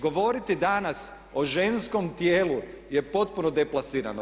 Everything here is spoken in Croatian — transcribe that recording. Govoriti danas o ženskom tijelu je potpuno deplasirano.